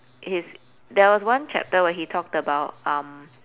his there was one chapter where he talked about um